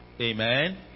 Amen